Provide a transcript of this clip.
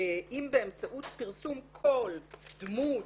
אם באמצעות פרסום כל דמות,